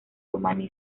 rumania